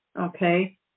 okay